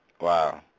Wow